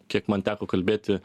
kiek man teko kalbėti